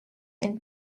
and